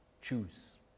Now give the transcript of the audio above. Choose